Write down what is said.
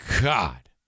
God